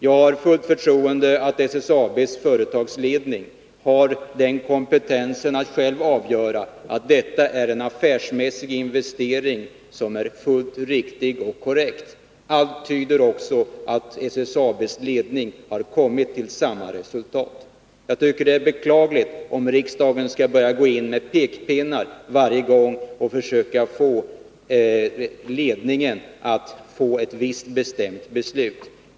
Jag har fullt förtroende för att SSAB:s företagsledning har kompetens att själv avgöra om detta är en affärsmässig investering, som är helt riktig och korrekt. Allt tyder också på att SSAB:s ledning har kommit till samma resultat. Det är beklagligt om riksdagen skall börja att gå in med pekpinnar varje gång och försöka få företagsledningen att fatta ett visst beslut.